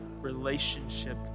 relationship